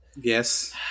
Yes